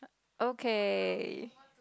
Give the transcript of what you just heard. okay